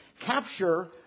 capture